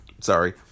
Sorry